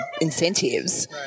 incentives